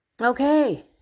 Okay